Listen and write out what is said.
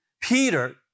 Peter